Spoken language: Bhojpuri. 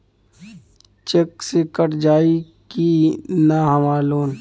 चेक से कट जाई की ना हमार लोन?